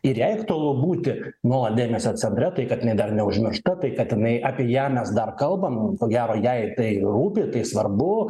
ir jai aktualu būti nuolat dėmesio centre tai kad jinai dar neužmiršta tai kad jinai apie ją mes dar kalbam ko gero jai tai rūpi tai svarbu